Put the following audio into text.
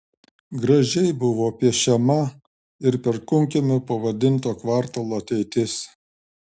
gražiai buvo piešiama ir perkūnkiemiu pavadinto kvartalo ateitis